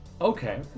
Okay